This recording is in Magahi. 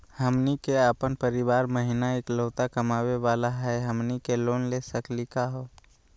हमनी के अपन परीवार महिना एकलौता कमावे वाला हई, हमनी के लोन ले सकली का हो?